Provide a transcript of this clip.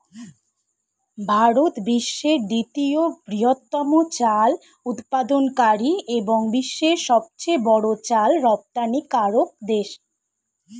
ভারত বিশ্বের দ্বিতীয় বৃহত্তম চাল উৎপাদনকারী এবং বিশ্বের সবচেয়ে বড় চাল রপ্তানিকারক দেশ